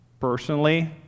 personally